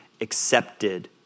accepted